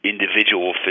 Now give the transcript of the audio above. individual